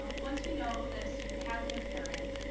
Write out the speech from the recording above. once we know that a student has an impairment.